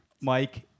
Mike